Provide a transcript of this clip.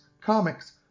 comics